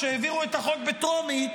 כשהעבירו את החוק בטרומית,